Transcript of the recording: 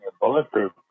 bulletproof